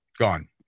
Gone